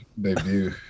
debut